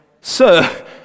Sir